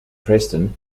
preston